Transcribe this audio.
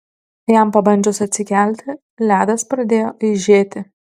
jam pabandžius atsikelti ledas pradėjo aižėti